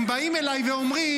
הם באים אליי ואומרים: